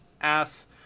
ass